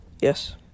yes